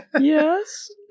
Yes